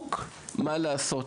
בדיוק מה לעשות.